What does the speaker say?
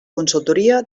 consultoria